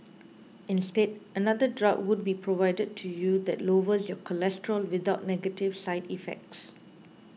instead another drug would be provided to you that lowers your cholesterol without negative side effects